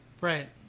Right